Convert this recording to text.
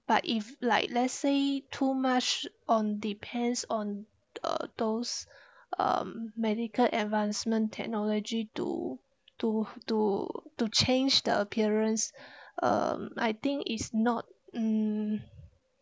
but if like let's say too much on depends on uh those um medical advancement technology to to to to change the appearance um I think is not mm